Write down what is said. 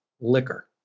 Liquor